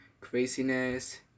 craziness